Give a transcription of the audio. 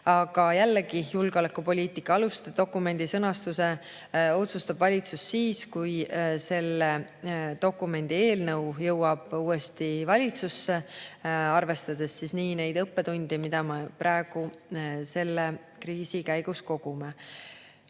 Aga jällegi, julgeolekupoliitika aluste dokumendi sõnastuse otsustab valitsus siis, kui selle dokumendi eelnõu jõuab uuesti valitsusse, arvestades neid õppetunde, mida me selle kriisi käigus kogume.